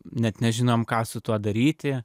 net nežinom ką su tuo daryti